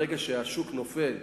ברגע שהשוק נופל,